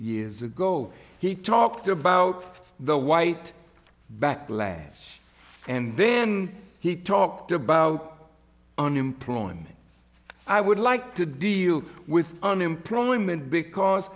years ago he talked about the white backlash and then he talked about unemployment i would like to deal with unemployment because